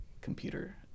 computer